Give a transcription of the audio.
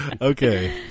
okay